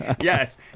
yes